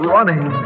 Running